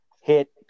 hit